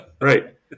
right